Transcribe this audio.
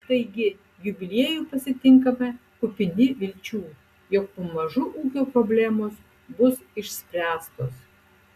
taigi jubiliejų pasitinkame kupini vilčių jog pamažu ūkio problemos bus išspręstos